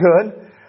good